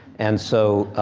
and so,